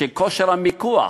כושר המיקוח